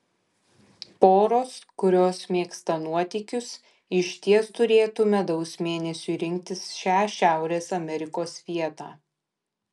poros kurios mėgsta nuotykius išties turėtų medaus mėnesiui rinktis šią šiaurės amerikos vietą